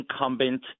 incumbent